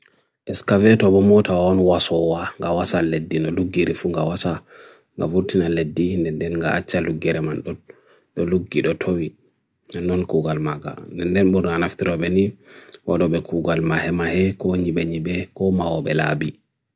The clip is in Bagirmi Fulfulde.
Excavator bumota on wasawa gawa sa ledi nolugirifun gawa sa gavutina ledi nende nga acha lugeriman do lugirotowi nnon kougal maga nende buno anaftirabeni wadabe kougal mahe mahe ko nyebe nyebe ko maho belabi